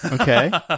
Okay